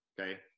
okay